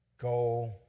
Go